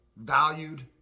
valued